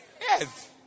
Yes